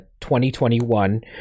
2021